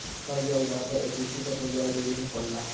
कर्ज़ या उधार पर एक निश्चित दर पर ब्याज देवे के पड़ला